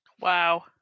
Wow